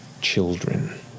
children